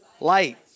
light